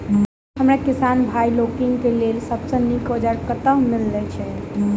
हमरा किसान भाई लोकनि केँ लेल सबसँ नीक औजार कतह मिलै छै?